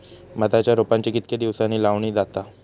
भाताच्या रोपांची कितके दिसांनी लावणी केली जाता?